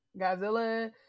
Godzilla